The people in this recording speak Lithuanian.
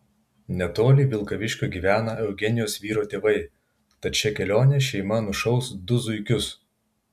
netoli vilkaviškio gyvena eugenijos vyro tėvai tad šia kelione šeima nušaus du zuikius